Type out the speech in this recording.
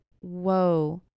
whoa